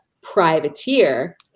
privateer